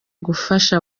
gufasha